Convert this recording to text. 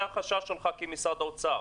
זה החשש שלך כמשרד האוצר.